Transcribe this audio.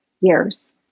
years